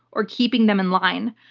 or keeping them in line,